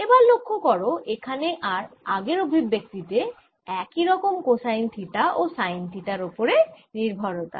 এবার লক্ষ্য করো এখানে আর আগের অভিব্যক্তি তে একই রকমের কোসাইন থিটা ও সাইন থিটার ওপরে নির্ভরতা